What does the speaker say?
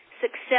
success